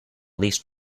least